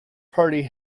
party